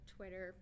Twitter